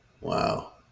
wow